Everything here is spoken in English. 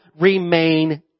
remain